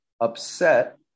upset